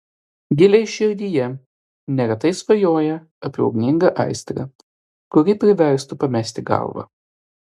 giliai širdyje neretai svajoja apie ugningą aistrą kuri priverstų pamesti galvą